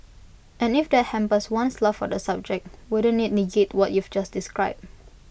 and if that hampers one's love for the subject wouldn't IT negate what you've just described